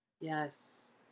Yes